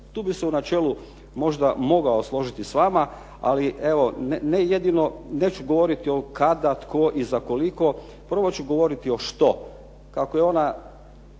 Tu bih se u načelu možda mogao složiti s vama, ali evo neću govoriti kada, tko i za koliko, prvo ću govoriti o što.